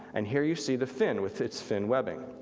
and here you see the fin with its fin webbing.